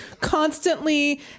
constantly